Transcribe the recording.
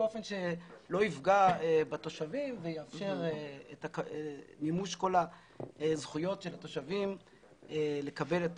באופן שלא יפגע בתושבים ויאפשר את מימוש כל הזכויות של התושבים לקבל את